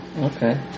Okay